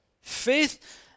Faith